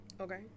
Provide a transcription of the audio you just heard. Okay